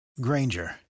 Granger